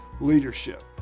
leadership